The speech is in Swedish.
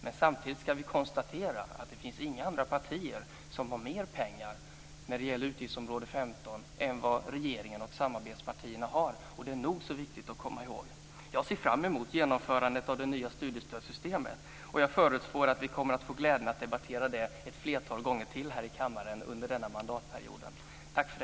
Men samtidigt kan vi konstatera att det inte finns några andra partier som har mer pengar än regeringen och samarbetspartierna när det gäller utgiftsområde 15. Det är nog så viktigt att komma ihåg. Jag ser fram emot genomförandet av det nya studiestödssystemet. Jag förutspår att vi kommer att få glädjen att debattera det ett flertal gånger till här i kammaren under denna mandatperiod.